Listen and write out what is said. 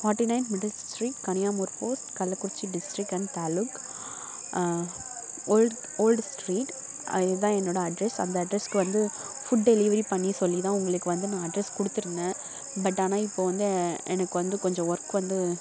forty nine middle street Kaniyamoor post Kallakurichi district and taluk old old street இதான் என்னோடய address அந்த அட்ரஸ்க்கு வந்து ஃபுட் டெலிவரி பண்ணி சொல்லித்தான் உங்களுக்கு வந்து நான் அட்ரஸ் கொடுத்துருந்தேன் பட் ஆனால் இப்போ வந்து எனக்கு வந்து கொஞ்சம் ஒர்க் வந்து